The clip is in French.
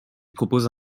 propose